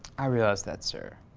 i realize that, sir.